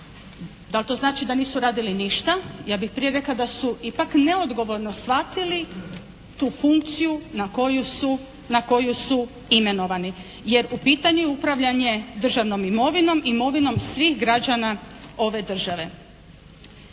Da li to znači da nisu radili ništa, ja bih prije rekla da su ipak neodgovorno shvatili tu funkciju na koju su imenovani. Jer u pitanju je upravljanje državnom imovinom, imovinom svih građana ove države.